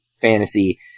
fantasy